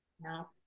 no